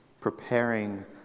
preparing